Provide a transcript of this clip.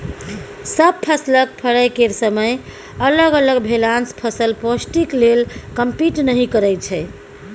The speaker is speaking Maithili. सब फसलक फरय केर समय अलग अलग भेलासँ फसल पौष्टिक लेल कंपीट नहि करय छै